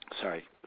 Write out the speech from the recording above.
sorry